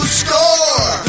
score